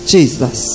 Jesus